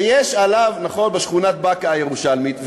ויש עליו, נכון, בשכונת בקעה הירושלמית.